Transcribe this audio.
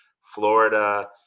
florida